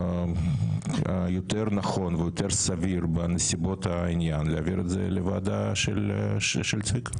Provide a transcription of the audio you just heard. יותר נכון ויותר סביר בנסיבות העניין להעביר את זה לוועדה של צביקה.